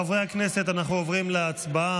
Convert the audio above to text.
חברי הכנסת, אנחנו עוברים להצבעה.